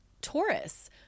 Taurus